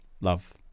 Love